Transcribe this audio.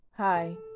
Hi